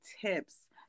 tips